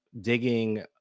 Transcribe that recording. digging